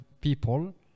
people